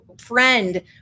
friend